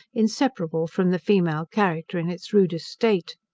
inseparable from the female character in its rudest state.